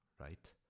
right